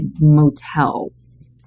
motels